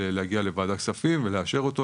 להגיע לוועדת כספים ולאשר אותו,